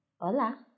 Hola